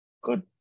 good